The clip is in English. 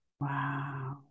Wow